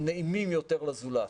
נעימים יותר לזולת,